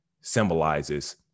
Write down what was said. symbolizes